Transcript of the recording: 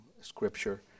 Scripture